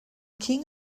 king